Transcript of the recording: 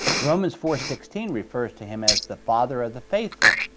romans four sixteen refers to him as the father of the faithful.